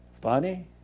funny